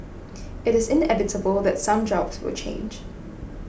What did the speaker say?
it is inevitable that some jobs will change